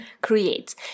creates